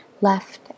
Left